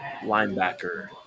linebacker